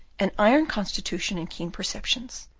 an iron constitution and keen perceptions,